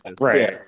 right